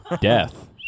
Death